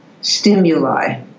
stimuli